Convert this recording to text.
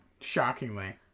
shockingly